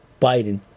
Biden